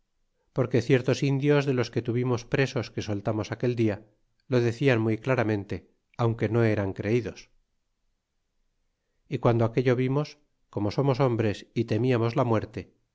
porque ciertos indios de los que tuvimos presos que soltamos aquel día lo decian muy claramente aunque no eran creidos y guando aquello vimos como somos hombres y temiamos la muerte